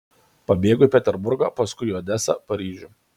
pabėgo į peterburgą paskui į odesą paryžių